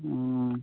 ꯑꯥ